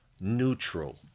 Neutral